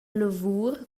lavur